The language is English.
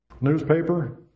newspaper